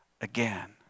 again